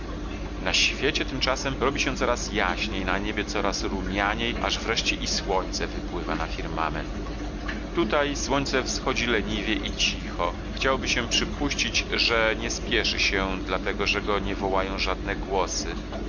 na świecie tymczasem robi się coraz jaśniej na niebie coraz rumianiej aż wreszcie i słońce wypływa na firmament tutaj słońce wschodzi leniwie i cicho chciałoby się przypuścić że nie spieszy się dlatego że go nie wołają żadne głosy